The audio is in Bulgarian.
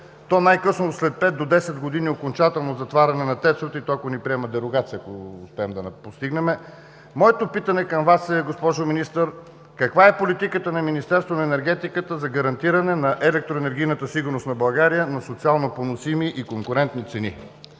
то най-късно след 5 до 10 години окончателно затваряне на тецовете, и то ако ни приемат дерогацията, ако успеем да я постигнем, моето питане към Вас е, госпожо министър, каква е политиката на Министерство на енергетиката за гарантиране на електроенергийната сигурност на България на социално поносими и конкурентни цени?